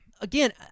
again